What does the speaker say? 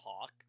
talk